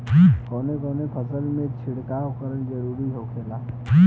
कवने कवने फसल में छिड़काव करब जरूरी होखेला?